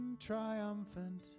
triumphant